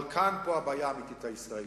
אבל פה הבעיה האמיתית הישראלית: